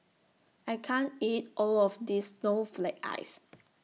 I can't eat All of This Snowflake Ice